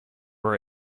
are